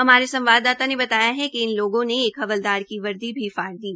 हमारे संवाददाता ने बताया कि इन लोगों ने एक हवलदार की वर्दी भी फाड़ दी